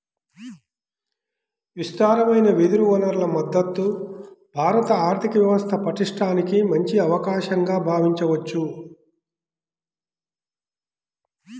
విస్తారమైన వెదురు వనరుల మద్ధతు భారత ఆర్థిక వ్యవస్థ పటిష్టానికి మంచి అవకాశంగా భావించవచ్చు